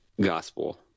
gospel